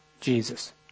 Jesus